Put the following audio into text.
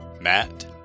Matt